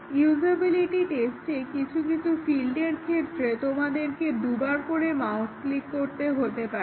usability টেস্টে কিছু কিছু ফিল্ডের ক্ষেত্রে তোমাদেরকে দুবার করে মাউসে ক্লিক করতে হবে